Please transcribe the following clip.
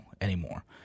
anymore